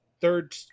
third